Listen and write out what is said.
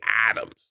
Adams